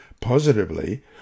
Positively